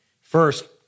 First